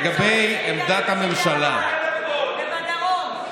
מזכירה לך שההורים שלי גרים בדרום.